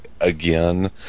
again